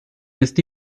esta